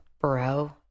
bro